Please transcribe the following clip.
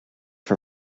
for